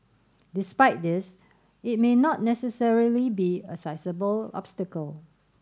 despite this it may not necessarily be a sizeable obstacle